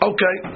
Okay